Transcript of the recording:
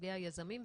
סוגי היזמים,